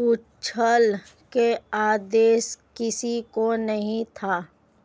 उछाल का अंदेशा किसी को नही था